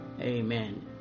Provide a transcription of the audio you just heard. Amen